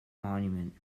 monument